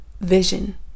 vision